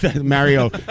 Mario